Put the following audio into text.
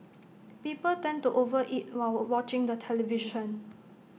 people tend to over eat while watching the television